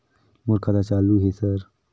मोर खाता चालु हे सर?